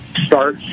start